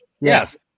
Yes